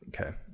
Okay